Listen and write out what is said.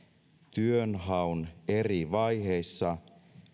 työnhaun eri vaiheissa